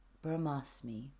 brahmasmi